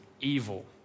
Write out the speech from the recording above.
evil